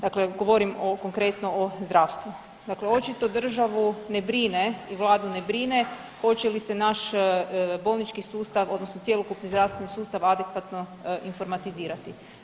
Dakle, govorim konkretno o zdravstvu, dakle očito državu ne brine i vladu ne brine hoće li se naš bolnički sustav odnosno cjelokupni zdravstveni sustav adekvatno informatizirati.